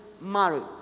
married